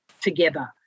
together